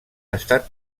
estat